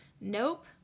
Nope